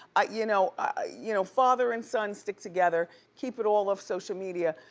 ah you know you know father and son stick together. keep it all off social media.